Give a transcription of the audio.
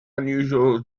unusual